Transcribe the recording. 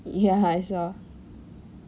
ya I saw